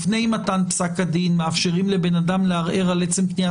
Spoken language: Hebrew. לפני מתן פסק הדין מאפשרים לבן אדם לערער על עצם קניית